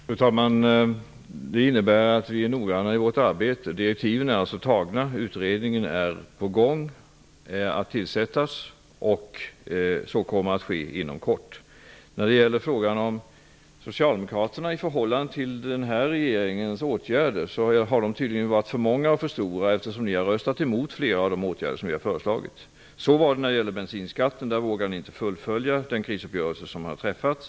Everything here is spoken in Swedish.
Fru talman! Det innebär att vi är noggranna i vårt arbete. Direktiven är antagna, utredningen är på väg att tillsättas och så kommer att ske inom kort. Regeringens åtgärder har tydligen varit för många och stora, eftersom ni socialdemokrater har röstat emot flera av dessa. Så var det när det gällde bensinskatten. Där vågade ni inte fullfölja den krisuppgörelse som hade träffats.